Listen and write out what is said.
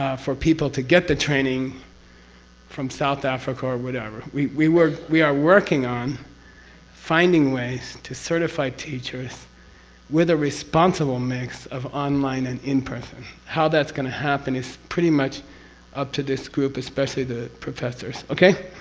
for people to get the training from south africa or whatever. we we were, we are working on finding ways to certify teachers with a responsible mix of online and in-person. how that's going to happen is pretty much up to this group, especially the professors, okay?